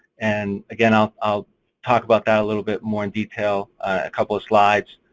and again, i'll i'll talk about that a little bit more in detail. ah couple of slides.